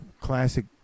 classic